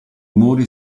muri